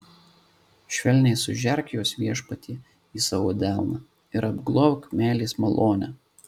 švelniai sužerk juos viešpatie į savo delną ir apglobk meilės malone